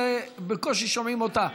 ובקושי שומעים אותה.